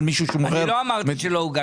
לא אמרתי.